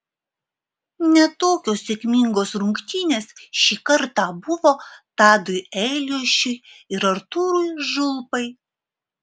ne tokios sėkmingos rungtynės šį kartą buvo tadui eliošiui ir artūrui žulpai